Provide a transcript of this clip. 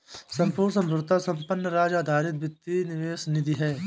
संपूर्ण संप्रभुता संपन्न राज्य आधारित वित्तीय निवेश निधि है